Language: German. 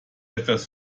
etwas